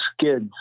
skids